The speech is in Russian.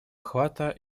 охвата